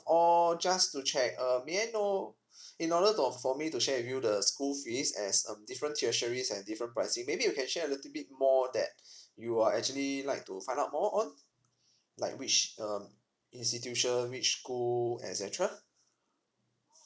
all just to check um may I know in order of for me to share with you the school fees as um different tertiary has different pricing maybe you can share a little bit more that you are actually like to find out more on like which um institution which school etcetera